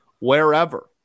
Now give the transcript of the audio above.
wherever